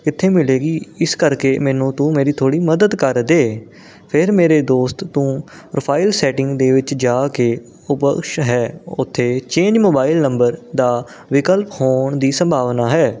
ਕਿੱਥੇ ਮਿਲੇਗੀ ਇਸ ਕਰਕੇ ਮੈਨੂੰ ਤੂੰ ਮੇਰੀ ਥੋੜ੍ਹੀ ਮਦਦ ਕਰ ਦੇ ਫਿਰ ਮੇਰੇ ਦੋਸਤ ਤੂੰ ਪ੍ਰੋਫ਼ਾਈਲ ਸੈਟਿੰਗ ਦੇ ਵਿੱਚ ਜਾ ਕੇ ਓਪਸ਼ਨ ਹੈ ਉੱਥੇ ਚੇਂਜ ਮੋਬਾਈਲ ਨੰਬਰ ਦਾ ਵਿਕਲਪ ਹੋਣ ਦੀ ਸੰਭਾਵਨਾ ਹੈ